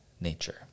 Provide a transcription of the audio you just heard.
nature